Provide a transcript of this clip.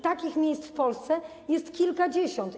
Takich miejsc w Polsce jest kilkadziesiąt.